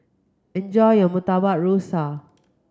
enjoy your Murtabak Rusa